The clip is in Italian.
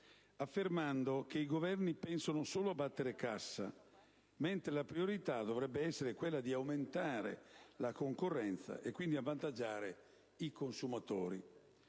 affermando che «i Governi pensano solo a battere cassa», mentre la priorità dovrebbe essere quella di aumentare la concorrenza e quindi avvantaggiare i consumatori.